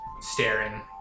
staring